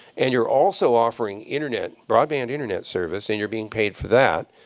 and you're also offering internet, broadband internet service, and you're being paid for that,